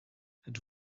het